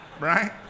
right